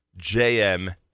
JM